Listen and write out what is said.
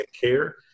care